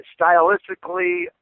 stylistically